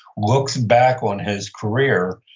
looks back on his career,